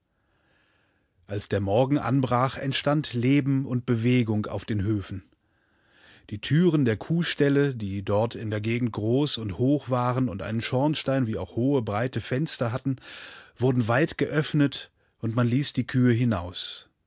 als der morgen anbrach entstand leben und bewegung auf den höfen die türenderkuhställe diedortindergegendgroßundhochwaren undeinen schornstein wie auch hohe breite fenster hatten wurden weit geöffnet und man ließ die kühe hinaus